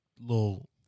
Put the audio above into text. little